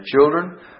children